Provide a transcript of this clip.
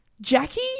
Jackie